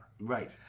Right